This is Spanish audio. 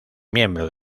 miembro